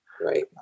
Right